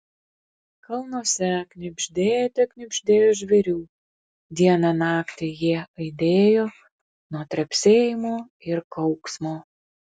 kalnuose knibždėte knibždėjo žvėrių dieną naktį jie aidėjo nuo trepsėjimo ir kauksmo